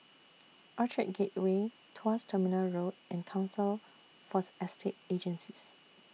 Orchard Gateway Tuas Terminal Road and Council Force Estate Agencies